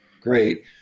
Great